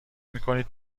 میکنید